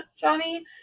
Johnny